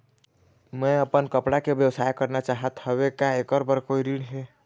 मैं अपन कपड़ा के व्यवसाय करना चाहत हावे का ऐकर बर कोई ऋण हे?